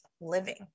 living